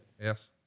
Yes